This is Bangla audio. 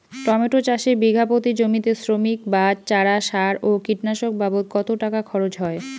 টমেটো চাষে বিঘা প্রতি জমিতে শ্রমিক, বাঁশ, চারা, সার ও কীটনাশক বাবদ কত টাকা খরচ হয়?